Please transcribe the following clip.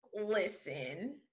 Listen